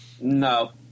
No